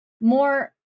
more